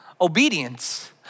obedience